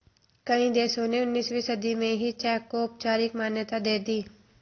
कई देशों ने उन्नीसवीं सदी में ही चेक को औपचारिक मान्यता दे दी